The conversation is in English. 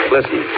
Listen